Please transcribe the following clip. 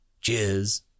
Cheers